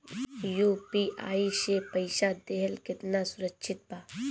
UPI से पईसा देहल केतना सुरक्षित बा?